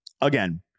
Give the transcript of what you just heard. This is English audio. Again